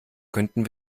könnten